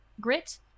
grit